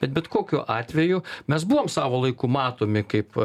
bet bet kokiu atveju mes buvom savo laiku matomi kaip